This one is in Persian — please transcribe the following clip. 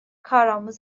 کارآموز